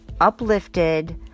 uplifted